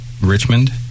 Richmond